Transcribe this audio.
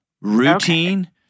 routine